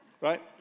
right